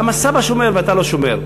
למה סבא שומר ואתה לא שומר?